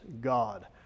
God